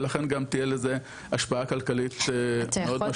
ולכן גם תהיה לזה השפעה כלכלית מאוד משמעותית.